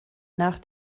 nach